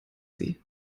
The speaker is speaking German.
sie